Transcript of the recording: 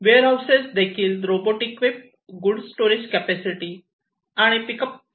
wear houses देखील robot equip good storage capacity आणि pick up facility असलेले असतात